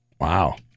Wow